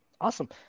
Awesome